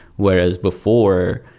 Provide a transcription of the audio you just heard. whereas before,